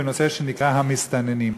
בנושא שנקרא המסתננים,